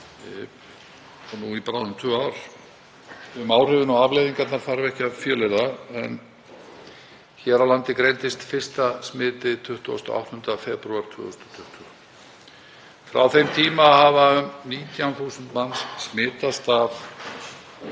og nú í bráðum tvö ár. Um áhrifin og afleiðingarnar þarf ekki að fjölyrða. Hér á landi greindist fyrsta smitið 28. febrúar 2020. Frá þeim tíma hafa um 19.000 manns smitast